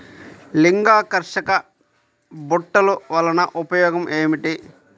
లింగాకర్షక బుట్టలు వలన ఉపయోగం ఏమిటి?